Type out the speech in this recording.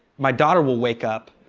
my daughter will wake up.